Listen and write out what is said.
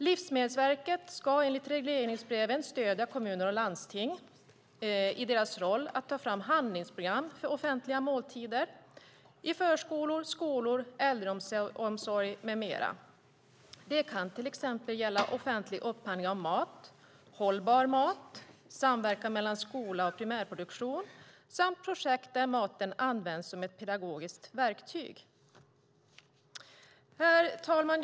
Livsmedelsverket ska enligt regleringsbreven stödja kommuner och landsting i deras roll att ta fram handlingsprogram för offentliga måltider i förskolor, skolor, äldreomsorg med mera. Det kan till exempel gälla offentlig upphandling av mat, hållbar mat, samverkan mellan skola och primärproduktion samt projekt där maten används som ett pedagogiskt verktyg. Herr talman!